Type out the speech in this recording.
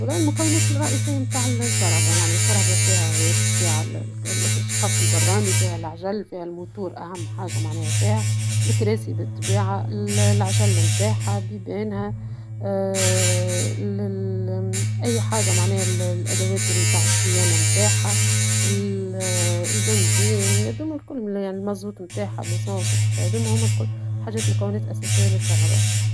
راهي المكونات الرئيسية بنتاع السيارة ، بالطبيعة الشقق البراني ، فيها العجل ، فيها المحرك معناها أهم حاجة معناها فيها ، العجل نتاعها ، بيبانها ، أي حاجة معناها الأدوات نتاع الصيانة نتاعها ، البنزين هذوما الكل المازوت نتاعها ، ليسانس وكل شيء ، هذوما الكل الحاجات والمكونات الرئيسية للسيارة